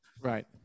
Right